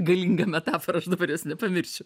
galinga metafora aš dabar jos nepamiršiu